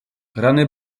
rany